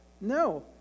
No